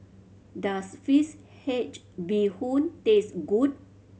does fish head bee hoon taste good